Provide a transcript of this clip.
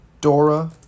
Dora